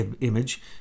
image